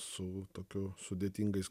su tokiu sudėtingais